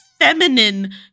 feminine